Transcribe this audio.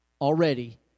already